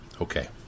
okay